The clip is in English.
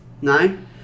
Nine